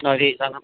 అది చాలా